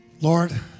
Lord